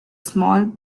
small